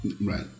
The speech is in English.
Right